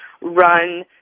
run